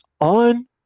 on